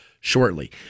shortly